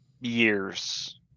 years